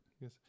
Yes